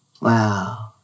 Wow